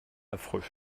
affreux